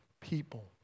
people